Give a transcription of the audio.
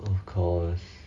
of course